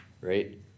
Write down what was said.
right